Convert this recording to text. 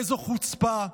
איזו חופה,